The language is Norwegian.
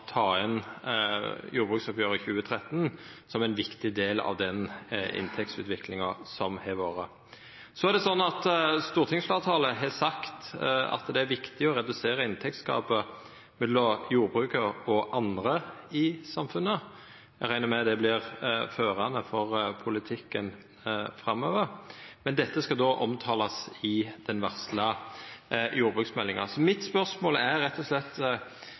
ta med jordbruksoppgjeret 2013 som ein viktig del av inntektsutviklinga som har vore. Stortingsfleirtalet har sagt at det er viktig å redusera inntektsgapet mellom jordbruket og andre sektorar i samfunnet. Eg reknar med at det vert førande for politikken framover. Men dette skal omtalast i den varsla jordbruksmeldinga. Mitt spørsmål er rett og